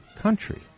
country